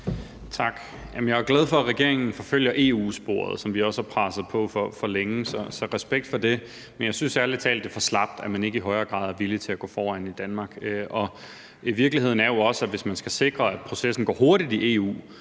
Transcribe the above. Tak. Jeg er glad for, at regeringen forfølger EU-sporet, som vi også har presset på for længe, så respekt for det. Men jeg synes ærlig talt, det er for slapt, at man i Danmark ikke i højere grad er villig til at gå foran. Virkeligheden er jo også, at hvis man skal sikre, at processen går hurtigt i EU,